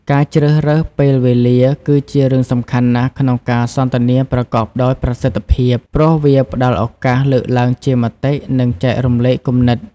ការជ្រើសរើសពេលវេលាគឺជារឿងសំខាន់ណាស់ក្នុងការសន្ទនាប្រកបដោយប្រសិទ្ធភាព ព្រោះវាផ្តល់ឱកាសលើកឡើងជាមតិ និងចែករំលែកគំនិត។